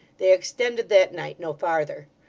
they extended that night no farther.